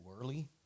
early